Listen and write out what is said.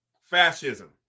Fascism